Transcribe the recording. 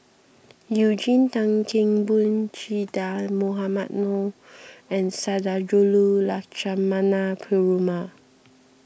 Eugene Tan Kheng Boon Che Dah Mohamed Noor and Sundarajulu Lakshmana Perumal